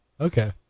okay